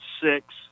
six